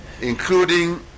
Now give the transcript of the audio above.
including